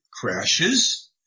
crashes